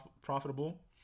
profitable